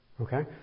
Okay